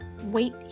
Wait